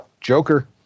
Joker